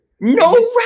no